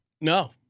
No